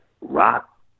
Rock